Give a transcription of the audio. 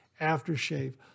aftershave